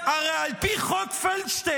הרי על פי חוק פלדשטיין,